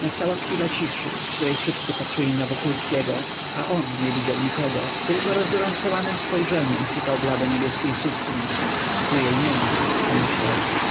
nastała chwila ciszy w której wszyscy patrzyli na wokulskiego a on nie widział nikogo tylko rozgorączkowanem spojrzeniem szukał blado-niebieskiej sukni tu jej niema pomyślał